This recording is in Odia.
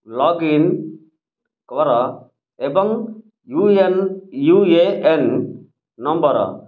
ଲଗଇନ୍ କର ଏବଂ U N U A N number